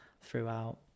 throughout